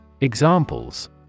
Examples